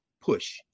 push